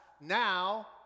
Now